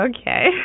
okay